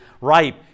ripe